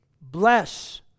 bless